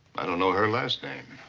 i don't know her last name.